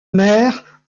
mère